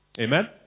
Amen